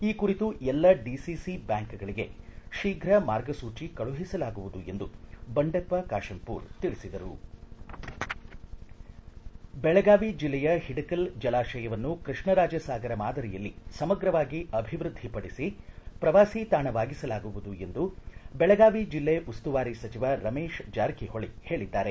ಈ ಕುರಿತು ಎಲ್ಲ ಡಿಸಿಸಿ ಬ್ಯಾಂಕ್ಗಳಿಗೆ ಶೀಘ ಮಾರ್ಗಸೂಚಿ ಕಳುಹಿಸಲಾಗುವುದು ಎಂದು ಸಚಿವ ಬಂಡೆಪ್ಪ ಕಾಶಂಪೂರ್ ತಿಳಿಸಿದರು ಬೆಳಗಾವಿ ಜಿಲ್ಲೆಯ ಹಿಡಕಲ್ ಜಲಾಶಯವನ್ನು ಕೃಷ್ಣರಾಜ ಸಾಗರ ಮಾದರಿಯಲ್ಲಿ ಸಮಗ್ರವಾಗಿ ಅಭಿವೃದ್ಧಿ ಪಡಿಸಿ ಪ್ರವಾಸಿ ತಾಣವಾಗಿಸಲಾಗುವುದು ಎಂದು ಬೆಳಗಾವಿ ಜಿಲ್ಲೆ ಉಸ್ತುವಾರಿ ಸಚಿವ ರಮೇಶ್ ಜಾರಕಿಹೊಳ ಹೇಳಿದ್ದಾರೆ